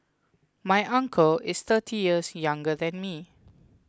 my uncle is thirty years younger than me